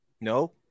No